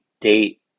date